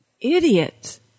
Idiot